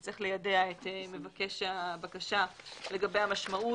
רשות הרישוי תצטרך ליידע את מבקש הבקשה לגבי המשמעות,